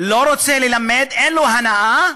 לא רוצה ללמד, אין לו הנאה,